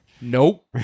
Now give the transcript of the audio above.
Nope